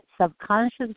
subconscious